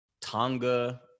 Tonga